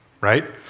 right